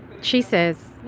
she says,